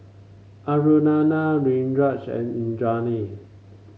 Aruna Niraj and Indranee